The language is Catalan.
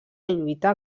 lluita